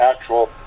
actual